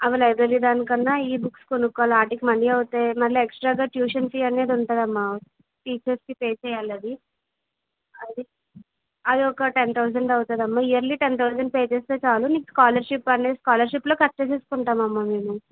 library దాని కన్నా ఈ బుక్స్ కొనుక్కోవాలి వాటికి మనీ అవుతాయి మళ్ళీ ఎక్స్ట్రాగా ట్యూషన్ ఫీ అనేది ఉంటదమ్మ టీచర్స్కి పే చెయ్యాలి అది అది ఒక టెన్ థౌసండ్ అవుతుందమ్మా ఇయర్లీ టెన్ థౌసండ్ పే చేస్తే చాలు నీకు స్కాలర్షిప్ అనేది స్కాలర్షిప్లో కట్ చేసుకుంటాము మేము